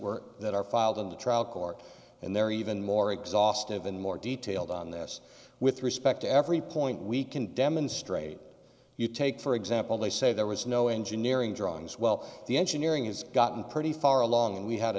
were that are filed in the trial court and they're even more exhaustive and more detailed on this with respect to every point we can demonstrate you take for example they say there was no engineering drawings well the engineering has gotten pretty far along and we had